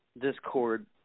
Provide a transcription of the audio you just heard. discord